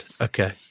okay